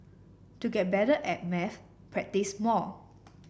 to get better at maths practise more